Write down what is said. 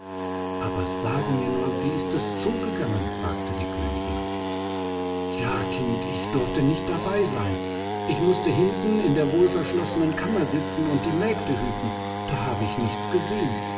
aber sage mir nur wie ist es zugegangen fragte die königin ja kind ich durfte nicht dabei sein ich mußte hinten in der wohlverschlossenen kammer sitzen und die mägde hüten da habe ich nichts gesehen